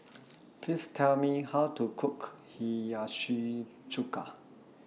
Please Tell Me How to Cook Hiyashi Chuka